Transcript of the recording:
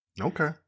Okay